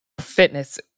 Fitness